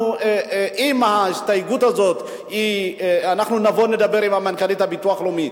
עם ההסתייגות הזאת אנחנו נבוא ונדבר עם מנכ"לית הביטוח הלאומי.